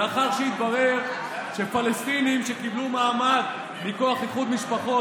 לאחר שהתברר שפלסטינים שקיבלו מעמד מכוח איחוד משפחות